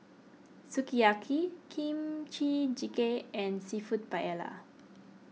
Sukiyaki Kimchi Jjigae and Seafood Paella